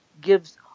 gives